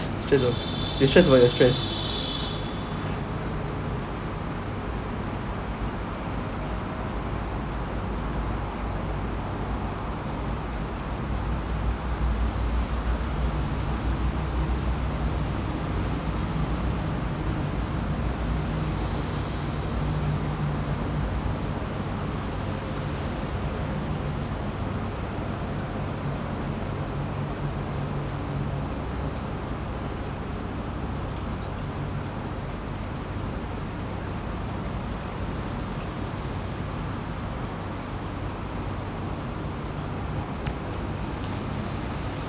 destress about destress about your stress